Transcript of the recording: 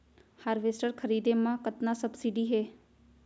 Harvester खरीदे म कतना सब्सिडी हे?